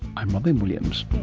i'm robyn williams